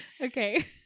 Okay